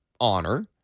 honor